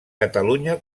catalunya